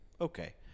okay